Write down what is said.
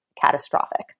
catastrophic